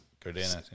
Cardenas